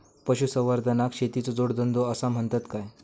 पशुसंवर्धनाक शेतीचो जोडधंदो आसा म्हणतत काय?